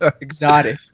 exotic